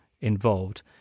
involved